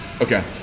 Okay